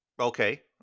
Okay